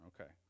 Okay